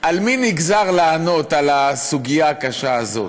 על מי נגזר לענות על הסוגיה הקשה הזאת?